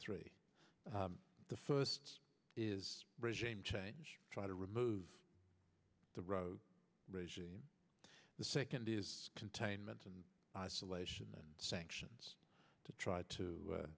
three the first is regime change try to remove the regime the second is containment and isolation and sanctions to try to